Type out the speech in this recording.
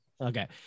Okay